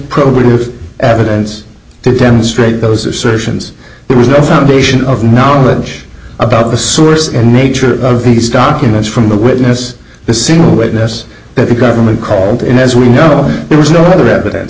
probative evidence to demonstrate those assertions there is no foundation of knowledge about the source and nature of these documents from the witness the single witness that the government called and as we know there was no other evidence